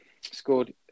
scored